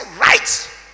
right